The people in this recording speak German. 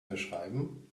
beschreiben